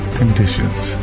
conditions